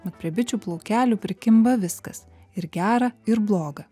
mat prie bičių plaukelių prikimba viskas ir gera ir bloga